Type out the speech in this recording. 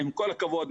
עם כל הכבוד,